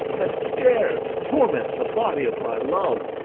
that dares torment the body of my love,